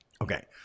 Okay